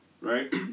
right